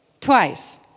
Twice